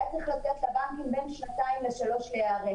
רואים שהייתה קצת עלייה ואחרי זה ירידה.